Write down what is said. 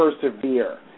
persevere